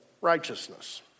righteousness